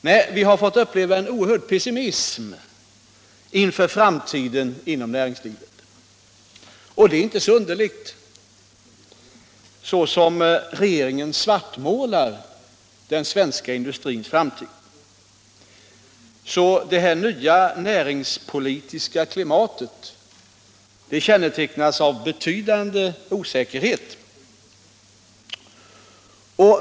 Nej, vi har fått uppleva en oerhörd pessimism inför framtiden inom näringslivet — och det är inte så underligt, så som regeringen svartmålar den svenska industrins framtid. Det nya näringspolitiska klimatet kännetecknas av betydande osäkerhet.